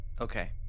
okay